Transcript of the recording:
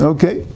Okay